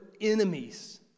enemies